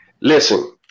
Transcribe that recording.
listen